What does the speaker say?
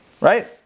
Right